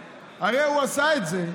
הרי הוא עשה את זה.